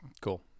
Cool